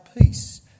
peace